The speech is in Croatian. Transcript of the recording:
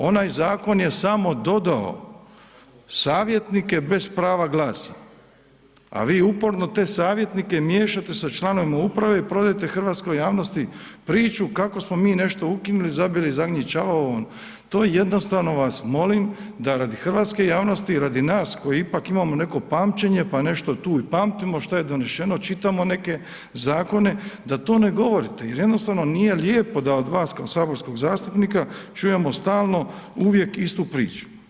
Onaj zakon je samo dodao savjetnike bez prava glasa, a vi upravo te savjetnike miješate sa članovima uprave i prodajete hrvatskoj javnosti priču kako smo mi nešto ukinuli, zabili zadnji čavao ovom, to jednostavno vas molim da radi hrvatske javnosti i radi nas koji ipak imamo neko pamćenje, pa nešto tu i pamtimo što je donešeno, čitamo neke zakone, da to ne govorite jer jednostavno nije lijepo od vas kao saborskog zastupnika čujemo stalno uvijek istu priču.